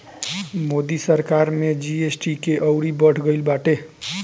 मोदी सरकार में जी.एस.टी के अउरी बढ़ गईल बाटे